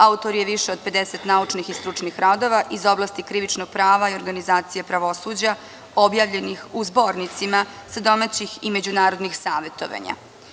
Autor je više 50 naučnih i stručnih radova iz oblasti krivičnog prava i organizacije pravosuđa, objavljenih u zbornicima sa domaćih i međunarodnih savetovanja.